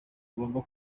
ugomba